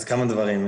אז כמה דברים.